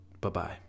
Bye-bye